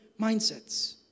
mindsets